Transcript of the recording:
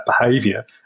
behavior